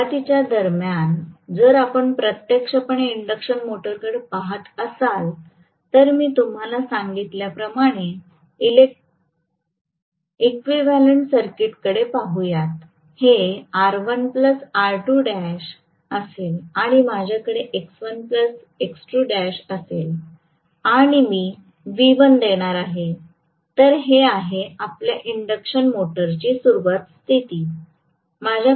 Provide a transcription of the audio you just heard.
सुरूवातीच्या दरम्यान जर आपण प्रत्यक्षपणे इंडक्शन मोटरकडे पहात असाल तर मी तुम्हाला सांगितल्या प्रमाणे इक्विव्हॅलेंट सर्किटकडे पाहुयात हे R1R2l असेल आणि माझ्याकडे X1X2l असेल आणि मी V1 देणार आहे तर हे आहे आपल्या इन्डक्टशन मोटरची सुरुवात स्थिती